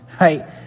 right